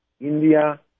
India